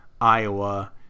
Iowa